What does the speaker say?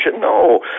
No